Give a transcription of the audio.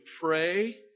pray